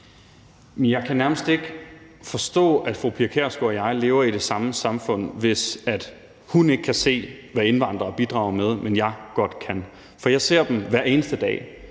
Jeg kan nærmest ikke forstå, at fru Pia Kjærsgaard og jeg lever i det samme samfund, hvis hun ikke kan se, hvad indvandrere bidrager med, men at jeg godt kan. For jeg ser dem hver eneste dag.